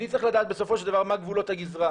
אני צריך לדעת בסופו של דבר מה גבולות הגזרה,